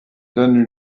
donne